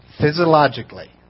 physiologically